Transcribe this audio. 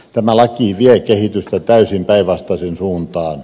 tämä laki vie kehitystä täysin päinvastaiseen suuntaan